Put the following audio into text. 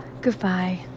Goodbye